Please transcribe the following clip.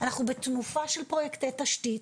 אנחנו בתנופה של פרויקטי התשתית,